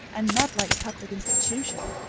and not like a public institution.